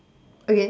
again